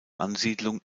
ansiedlung